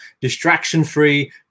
distraction-free